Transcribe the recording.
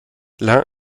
l’un